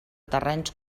terrenys